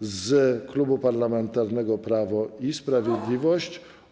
z Klubu Parlamentarnego Prawo i Sprawiedliwość.